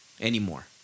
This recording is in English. anymore